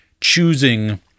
choosing